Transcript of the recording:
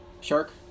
Shark